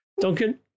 Duncan